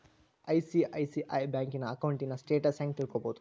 ICICI ಬ್ಯಂಕಿನ ಅಕೌಂಟಿನ್ status ಹೆಂಗ್ ತಿಳ್ಕೊಬೊದು?